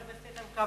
חבר הכנסת איתן כבל.